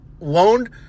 loaned